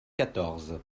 quatorze